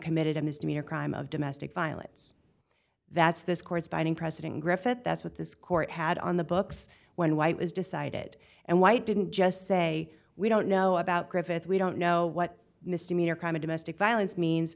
committed a misdemeanor crime of domestic violence that's this court's binding precedent griffith that's what this court had on the books when white was decided and white didn't just say we don't know about griffith we don't know what mr meter crime a domestic violence means